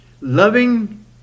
Loving